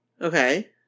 Okay